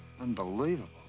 unbelievable